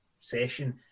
session